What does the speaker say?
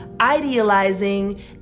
idealizing